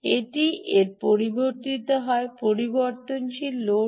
এটি এর পরিবর্তনশীল লোড